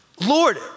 Lord